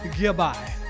Goodbye